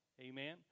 Amen